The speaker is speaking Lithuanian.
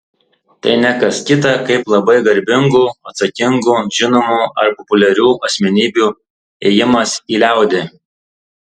tai ne kas kita kaip labai garbingų atsakingų žinomų ar populiarių asmenybių ėjimas į liaudį